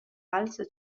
falso